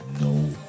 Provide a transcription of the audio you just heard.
No